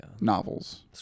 novels